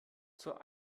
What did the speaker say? zur